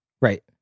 Right